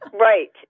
Right